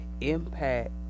impact